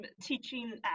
teaching